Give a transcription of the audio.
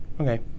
Okay